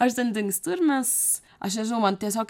aš ten dingstu ir mes aš nežinau man tiesiog